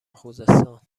خوزستان